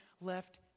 left